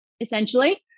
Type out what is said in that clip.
essentially